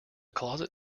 closet